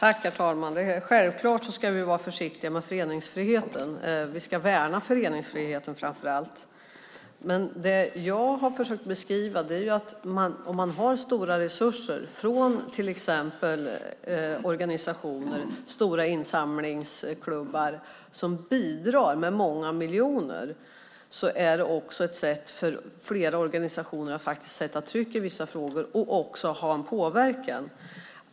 Herr talman! Självklart ska vi vara försiktiga med föreningsfriheten. Framför allt ska vi värna den. Det jag har försökt beskriva är dock att om man har stora resurser från exempelvis organisationer eller stora insamlingsklubbar, som bidrar med många miljoner, är det ett sätt för flera organisationer att faktiskt trycka på i vissa frågor och också påverka.